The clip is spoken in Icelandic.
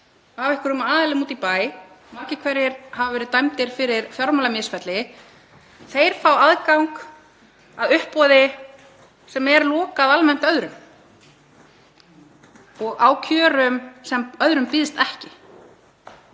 af einhverjum aðilum úti í bæ, sem margir hverjir hafa verið dæmdir fyrir fjármálamisferli, fái aðgang að uppboði sem er almennt lokað öðrum og á kjörum sem öðrum bjóðast ekki.